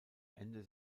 ende